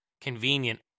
convenient